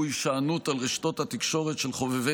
והוא הישענות על רשתות התקשורת של חובבי